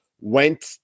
went